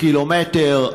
קילומטר.